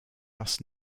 thus